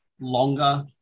longer